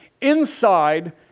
inside